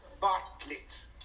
Bartlett